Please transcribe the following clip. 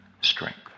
strength